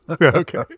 okay